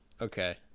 okay